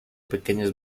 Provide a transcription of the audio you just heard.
pequeños